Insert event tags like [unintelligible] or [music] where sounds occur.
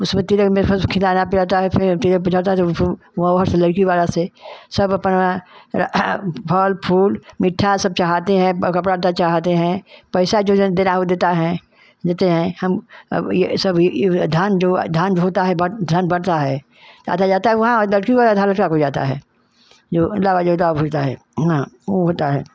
उसमें तिलक में फिर उसे खिलाता पिलाता है फिर [unintelligible] वहाँ से लयकी वाला से सब अपना फल फूल मीट्ठा सब चढ़ाते हैं कपड़ा त्ता चढ़ाते हैं पैसा जो जन दे रहा उ देता हैं देते हैं हम अब ये सब ये धान जो आ धान जो होता है बट धन बटता है तो आधा जाता है वहाँ [unintelligible] वाला धान [unintelligible] हो जाता है जो अड्डाबाजी होता ओ फिरता है हाँ उ होता है